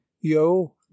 yo